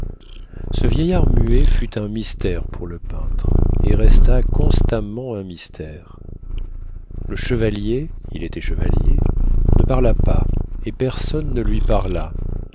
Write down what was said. ce vieillard muet fut un mystère pour le peintre et resta constamment un mystère le chevalier il était chevalier ne parla pas et personne ne lui parla